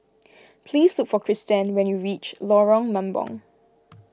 please look for Cristen when you reach Lorong Mambong